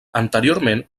anteriorment